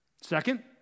Second